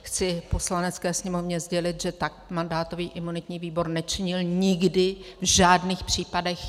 Chci Poslanecké sněmovně sdělit, že tak mandátový a imunitní výbor nečinil nikdy v žádných případech.